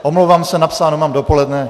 Omlouvám se, napsáno mám dopoledne.